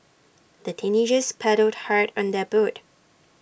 the teenagers paddled hard on their boat